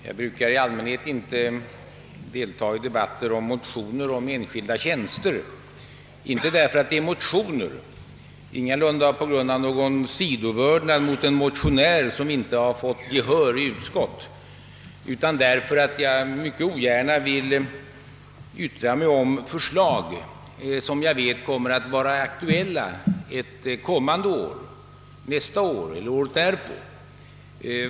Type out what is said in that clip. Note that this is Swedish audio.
Herr talman! Jag brukar inte delta i debatter om motioner som gäller enskilda tjänster, ingalunda på grund av någon sidovördnad mot motionärer som inte har fått gehör i utskottet utan därför att jag mycket ogärna vill yttra mig om förslag som jag vet kommer att vara aktuella nästa år eller året därpå.